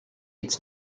its